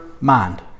mind